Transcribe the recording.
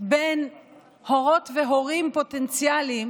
בין הורות והורים פוטנציאליים